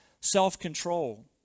self-control